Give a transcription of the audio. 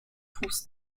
fuß